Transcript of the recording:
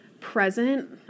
present